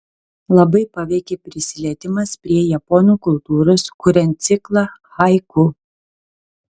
labai paveikė prisilietimas prie japonų kultūros kuriant ciklą haiku